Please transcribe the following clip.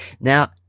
now